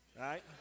right